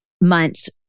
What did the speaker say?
months